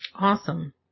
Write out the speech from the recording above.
Awesome